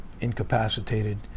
incapacitated